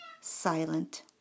silent